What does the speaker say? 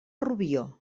rubió